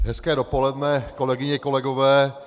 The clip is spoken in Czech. Hezké dopoledne, kolegyně, kolegové.